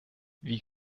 wie